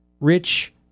Rich